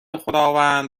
خداوند